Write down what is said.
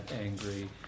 angry